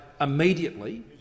immediately